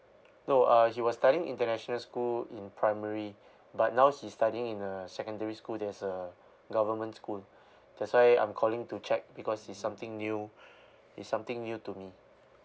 no uh he was studying international school in primary but now he's studying in a secondary school that's a government school that's why I'm calling to check because it's something new it's something new to me